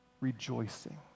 rejoicing